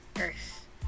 earth